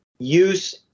use